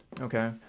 Okay